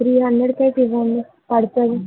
three హండ్రెడ్కె కదండీ పడుతుంది